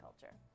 Culture